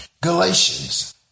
Galatians